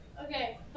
Okay